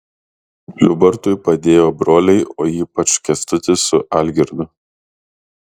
liubartui padėjo broliai o ypač kęstutis su algirdu